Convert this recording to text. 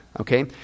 okay